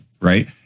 right